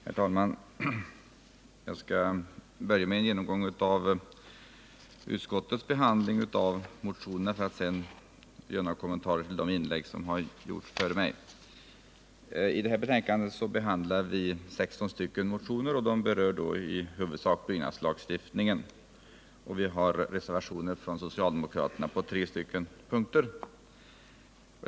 Herr talman! Jag skall börja med en genomgång av utskottets behandling av motionerna för att sedan göra några kommentarer till de inlägg som har gjorts före mig. I föreliggande betänkande behandlas 16 motioner som i huvudsak rör byggnadslagstiftningen. Reservationer från socialdemokrater föreligger på tre punkter.